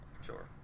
Sure